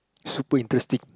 super interesting